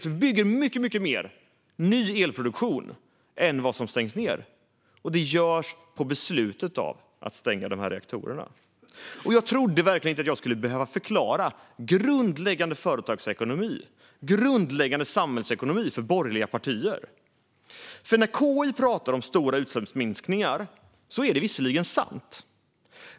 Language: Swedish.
Vi bygger mycket mer ny elproduktion än vad som stängs ned, och det görs på beslutet av att stänga de här reaktorerna. Jag trodde verkligen inte att jag skulle behöva förklara grundläggande företags och samhällsekonomi för borgerliga partier. När Konjunkturinstitutet pratar om stora utsläppsminskningar är det visserligen sant.